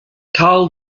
karl